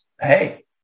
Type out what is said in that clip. hey